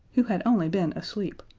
who had only been asleep,